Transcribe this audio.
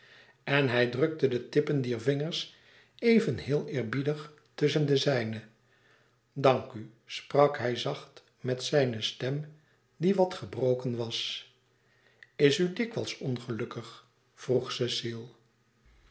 en hij drukte de tippen dier vingers even heel eerbiedig tusschen de zijne dank u sprak hij zacht met zijne stem die wat gebroken was is u dikwijls ongelukkig vroeg cecile